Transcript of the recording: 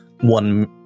one